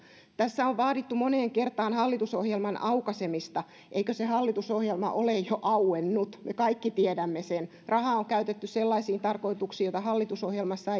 tässä on vaadittu moneen kertaan hallitusohjelman aukaisemista eikö se hallitusohjelma ole jo auennut me kaikki tiedämme sen rahaa on käytetty sellaisiin tarkoituksiin joita hallitusohjelmassa